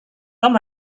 tom